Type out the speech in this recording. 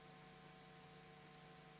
Hvala.